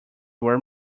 were